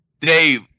Dave